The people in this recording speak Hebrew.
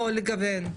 או לגוון,